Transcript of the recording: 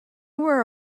were